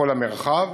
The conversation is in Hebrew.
בכל המרחב.